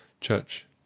Church